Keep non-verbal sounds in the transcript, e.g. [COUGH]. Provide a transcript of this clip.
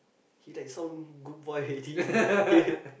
he like some good boy already sia he like [LAUGHS]